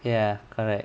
ya correct